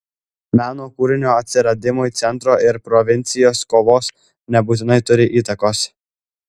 meno kūrinio atsiradimui centro ir provincijos kovos nebūtinai turi įtakos